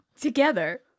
Together